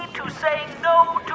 to saying no